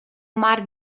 mari